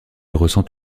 ressent